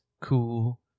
cool